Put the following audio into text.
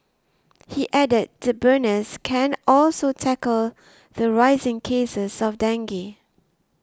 he added the burners can also tackle the rising cases of dengue